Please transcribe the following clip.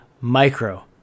micro